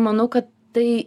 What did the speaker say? manau kad tai